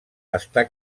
està